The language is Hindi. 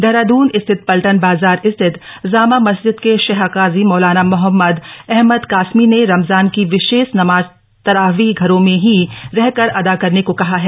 दहरादून स्थित पलटन बाजार स्थित जामा मस्जिद का शहर काजी मौलाना मोहम्मद अहमद कासमी ना रमजान की विशष्ठ नमाज तरावीह घरों में ही रहकर अदा करन को कहा है